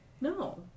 No